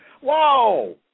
Whoa